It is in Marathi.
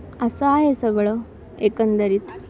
असं आहे सगळं एकंदरीत